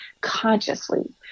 consciously